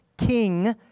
king